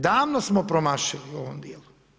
Davno smo promašili u ovome dijelu.